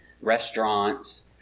restaurants